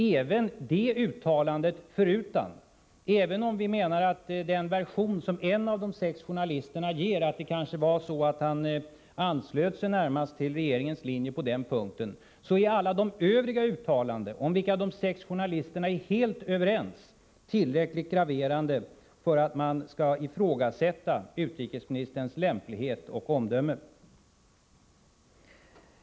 Även det uttalandet förutan, även om vi menar att den version som en av de sex journalisterna ger, att utrikesministern kanske närmast anslutit sig till regeringens linje på denna punkt, är korrekt är alla de övriga uttalanden om vilka de sex journalisterna är helt överens tillräckligt graverande för att man skall ifrågasätta utrikesministerns lämplighet och omdöme.